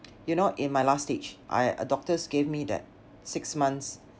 you know in my last stage I doctors gave me that six months